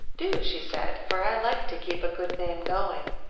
do, she said, for i like to keep a good name going.